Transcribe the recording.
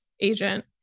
agent